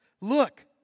Look